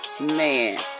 man